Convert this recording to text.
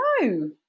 No